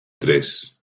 tres